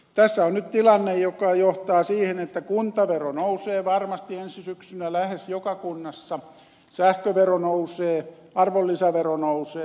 tässä on nyt tilanne joka johtaa siihen että kuntavero nousee varmasti ensi syksynä lähes joka kunnassa sähkövero nousee arvonlisävero nousee